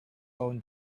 own